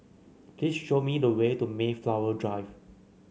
please show me the way to Mayflower Drive